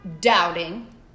doubting